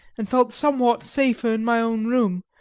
and felt somewhat safer in my own room,